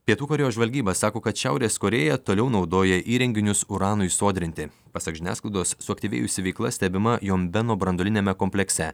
pietų korėjos žvalgyba sako kad šiaurės korėja toliau naudoja įrenginius uranui sodrinti pasak žiniasklaidos suaktyvėjusi veikla stebima jombeno branduoliniame komplekse